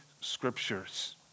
Scriptures